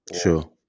Sure